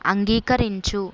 అంగీకరించు